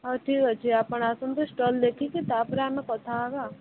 ହଉ ଠିକ୍ ଅଛି ଆପଣ ଆସନ୍ତୁ ଷ୍ଟଲ୍ ଦେଖିକି ତା'ପରେ ଆମେ କଥା ହେବା